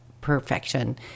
perfection